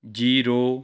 zero